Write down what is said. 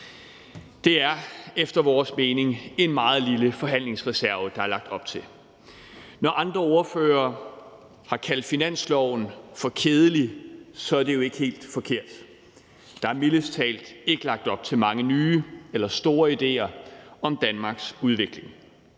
Det er, efter vores mening, en meget lille forhandlingsreserve, der er lagt op til. Når andre ordførere har kaldt finansloven for kedelig, så er det jo ikke helt forkert. Der er mildest talt ikke lagt op til mange nye eller store idéer om Danmarks udvikling.